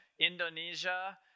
Indonesia